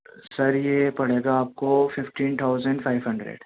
سر یہ پڑے گا آپ کو ففٹین تھاؤزنڈ فائیف ہنڈریڈ